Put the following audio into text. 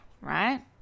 right